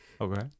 Okay